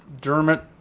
Dermot